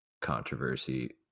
controversy